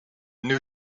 new